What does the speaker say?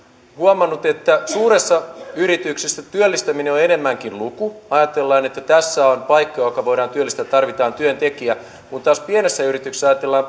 huomannut että suuressa yrityksessä työllistäminen on enemmänkin luku ajatellaan että tässä on paikka johon voidaan työllistää tarvitaan työntekijä mutta pienessä yrityksessä ajatellaan